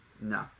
No